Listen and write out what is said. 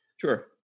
Sure